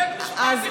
בית המשפט החליט.